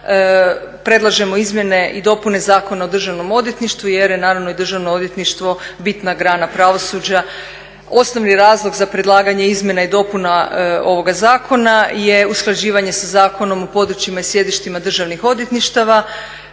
predlažemo Izmjene i dopune Zakona o državnom odvjetništvu jer je naravno i državno odvjetništvo bitna grana pravosuđa. Osnovni razlog za predlaganje Izmjena i dopuna ovoga Zakona je usklađivanje sa Zakonom o područjima i sjedištima državnih odvjetništava